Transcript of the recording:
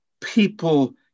People